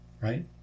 Right